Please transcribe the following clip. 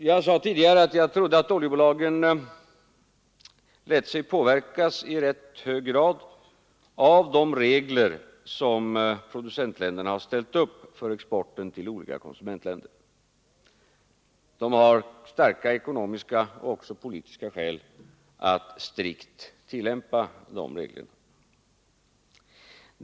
Jag sade tidigare att jag trodde att oljebolagen i rätt hög grad lät sig påverka av de regler som producentländerna ställt upp för exporten till olika konsumentländer. De har starka ekonomiska och också politiska skäl att strikt tillämpa dessa regler.